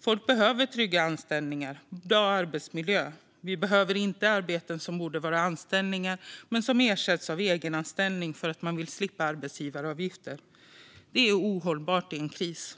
Folk behöver trygga anställningar och bra arbetsmiljö. Vi behöver inte att arbeten som borde vara anställningar ersätts av egenanställningar därför att man vill slippa arbetsgivaravgifter. Det är ohållbart i en kris.